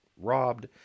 robbed